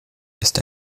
ist